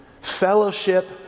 Fellowship